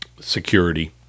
security